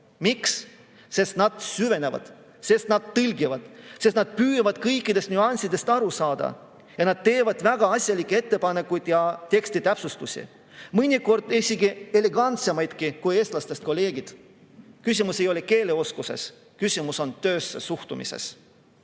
Miks? Sest nad süvenevad, sest nad tõlgivad, sest nad püüavad kõikidest nüanssidest aru saada. Ja nad teevad väga asjalikke ettepanekuid ja tekstitäpsustusi, mõnikord isegi elegantsemaid kui eestlastest kolleegid. Küsimus ei ole keeleoskuses, küsimus on töösse suhtumises.